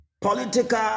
political